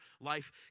life